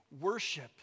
Worship